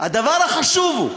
הדבר החשוב הוא,